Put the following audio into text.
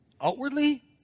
Outwardly